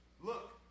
Look